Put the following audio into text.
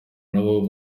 nabo